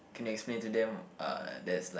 can you explain to them uh there's like